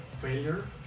failure